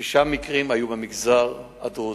שישה מקרים היו במגזר הדרוזי.